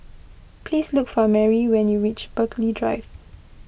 please look for Marry when you reach Burghley Drive